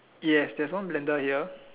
yes there's one blender here